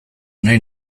nahi